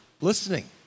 listening